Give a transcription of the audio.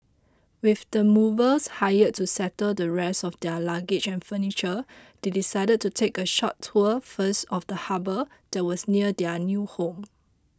with the movers hired to settle the rest of their luggage and furniture they decided to take a short tour first of the harbour that was near their new home